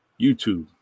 YouTube